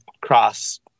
cross